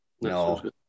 No